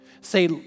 Say